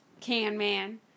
Can-man